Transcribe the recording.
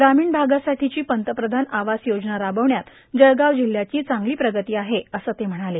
ग्रामीण भागासाठीची पंतप्रधान आवास योजना राबवण्यात जळगाव जिल्ह्याची चांगली प्रगती आहे असं ते म्हणाले